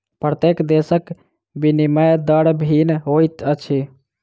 प्रत्येक देशक विनिमय दर भिन्न होइत अछि